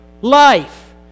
life